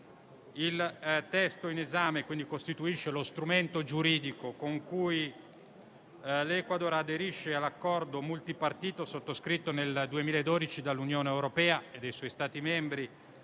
Il testo in esame costituisce lo strumento giuridico con cui l'Ecuador aderisce all'Accordo multipartito sottoscritto nel 2012 dall'Unione europea e dai suoi Stati membri